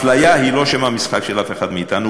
אפליה היא לא שם המשחק של אף אחד מאתנו,